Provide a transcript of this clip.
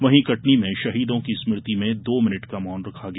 वहीं कटनी में शहीदों की स्मृति में दो मिनट का मौन रखा गया